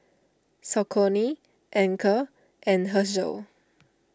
Saucony Anchor and Herschel